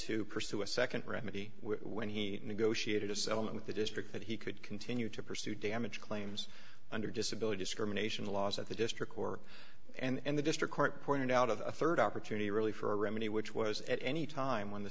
to pursue a nd remedy when he negotiated a settlement with the district that he could continue to pursue damage claims under disability discrimination laws at the district or and the district court pointed out of a rd opportunity really for a remedy which was at any time when the